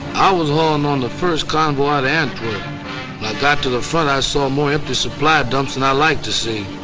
i was hauling on the first convoy to antwerp got to the front, i saw more empty supply dumps than and i liked to see.